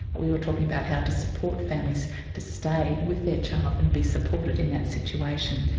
we were talking about how to support families to stay with their child and be supported in that situation.